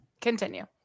Continue